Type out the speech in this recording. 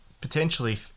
potentially